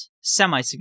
semi